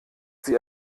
sie